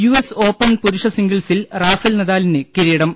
US Open പുരുഷ സിംഗിൾസിൽ Rafael നദാലിന് കിരീടം